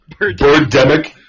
Birdemic